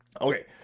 Okay